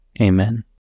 Amen